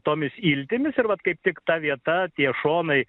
tomis iltimis ir va kaip tik ta vieta tie šonai